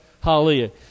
Hallelujah